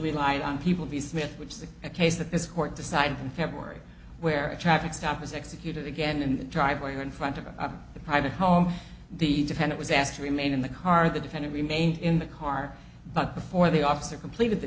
relied on people be smith which is the case that this court decided in february where a traffic stop was executed again in the driveway or in front of the private home the defend it was asked to remain in the car the defendant remained in the car but before the officer completed the